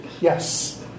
Yes